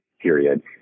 period